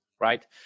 right